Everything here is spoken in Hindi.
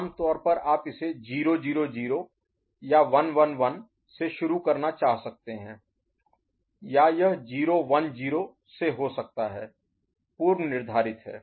आमतौर पर आप इसे 0 0 0 या 1 1 1 से शुरू करना चाह सकते हैं या यह 0 1 0 से हो सकता है पूर्वनिर्धारित है